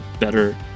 better